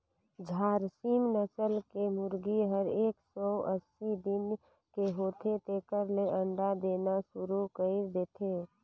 झारसिम नसल के मुरगी हर एक सौ अस्सी दिन के होथे तेकर ले अंडा देना सुरु कईर देथे